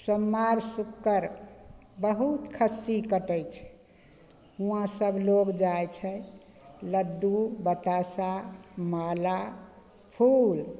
सोमवार सुक्कर बहुत खस्सी कटय छै हुँवा सबलोग जाइ छै लड्डू बतासा माला फूल